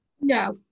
no